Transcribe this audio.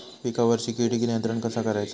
पिकावरची किडीक नियंत्रण कसा करायचा?